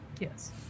Yes